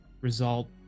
result